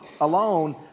alone